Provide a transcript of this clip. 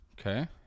okay